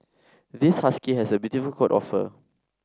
this husky has a beautiful coat of fur